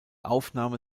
aufnahme